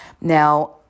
now